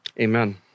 Amen